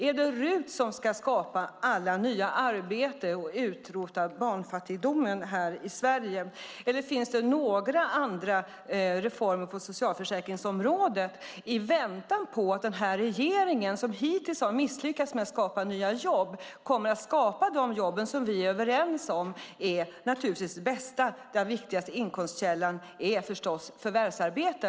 Är det RUT som ska skapa alla nya arbeten och utrota barnfattigdomen i Sverige? Eller finns det några andra reformer på socialförsäkringsområdet i väntan på att den här regeringen, som hittills har misslyckats med att skapa nya jobb, skapar de jobb som vi är överens om naturligtvis är det bästa? Den viktigaste inkomstkällan är förstås förvärvsarbete.